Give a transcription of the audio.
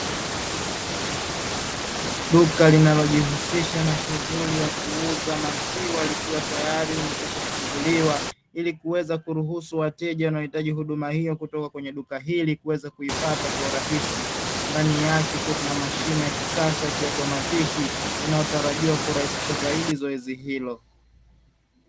Duka linalojihusisha na shughuli ya kuuza maziwa likiwa tayari limekwishafunguliwa, ili kuweza kuruhusu wateja wanaohitaji huduma hiyo kutoka kwenye duka hili kuweza kuipata kwa urahisi. ndani yake kulikuwa Kuna mashine ya kisasa ya kiotomatiki inayotarajiwa kurahisisha zaidi zoezi hilo.